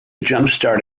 jumpstart